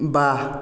বাহ্